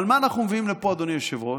אבל מה אנחנו מביאים לפה, אדוני היושב-ראש?